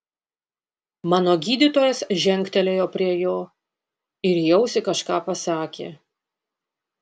mano gydytojas žengtelėjo prie jo ir į ausį kažką pasakė